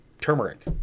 turmeric